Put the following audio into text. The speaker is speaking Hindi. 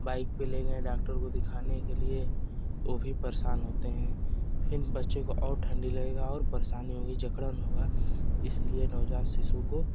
बाइक पे ले गए डॉक्टर को दिखाने के लिए वो भी परेशान होते हैं फिर बच्चों को और ठंडी लगेगा और परेशानी होगी जकड़न होगा इसलिए नवजात शिशु को